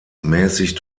mäßig